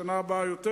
בשנה הבאה יותר,